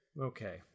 Okay